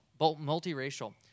multiracial